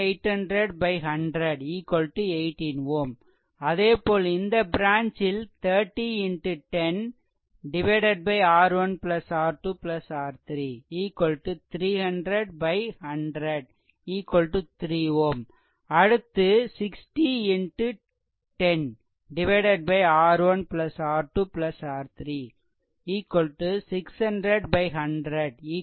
அதேபோல் இந்த பிரான்ச்சில் R1 R2 R3 300100 3 Ω அடுத்து இது R1 R2 R3 600100 6 Ω